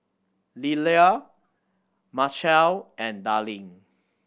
Lelia Machelle and Darline